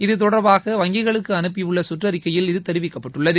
இது தொடர்பாக வங்கிகளுக்கு அனுப்பியுள்ள சுற்றறிக்கையில் தெரிவிக்கப்பட்டுள்ளது